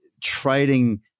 trading